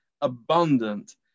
abundant